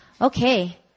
Okay